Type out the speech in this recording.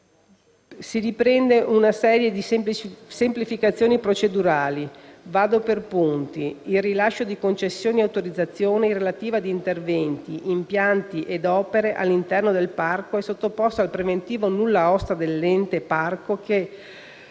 Si riprendono una serie di semplificazioni procedimentali. In primo luogo, il rilascio di concessioni o autorizzazioni relative ad interventi, impianti ed opere all'interno del parco è sottoposto al preventivo nulla osta dell'Ente parco, che